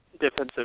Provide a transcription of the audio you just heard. defensive